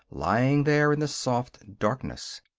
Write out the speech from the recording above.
lying there in the soft darkness.